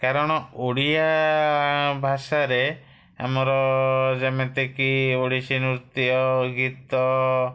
କାରଣ ଓଡ଼ିଆ ଭାଷାରେ ଆମର ଯେମିତିକି ଓଡ଼ିଶୀ ନୃତ୍ୟ ଗୀତ